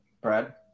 Brad